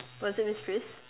was it miss pris